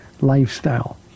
lifestyle